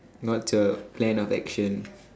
what's your plan of action